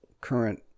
current